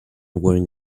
wearing